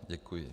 Děkuji.